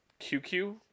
QQ